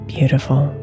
Beautiful